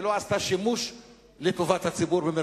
והמדינה לא עשתה שימוש "לטובת הציבור".